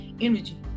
energy